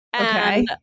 okay